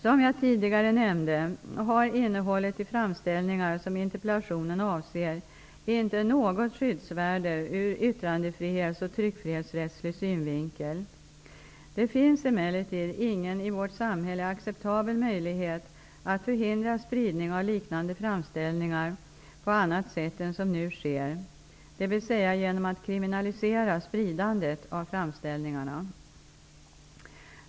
Som jag tidigare nämnde har innehållet i framställningar som interpellationen avser inte något skyddsvärde ur yttrandefrihets och tryckfrihetsrättslig synvinkel. Det finns emellertid ingen i vårt samhälle acceptabel möjlighet att förhindra spridning av liknande framställningar på annat sätt än som nu sker, dvs. genom att kriminalisera spridandet av framställningarna.